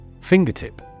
FINGERTIP